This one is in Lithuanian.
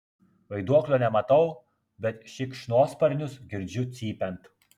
vaiduoklio nematau bet šikšnosparnius girdžiu cypiant